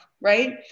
right